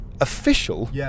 official